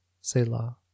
Selah